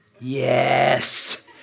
yes